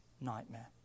nightmare